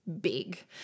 big